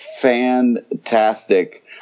fantastic